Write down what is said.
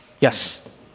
yes